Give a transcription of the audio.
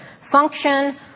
function